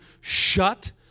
shut